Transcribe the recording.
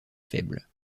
faible